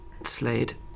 Slade